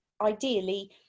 ideally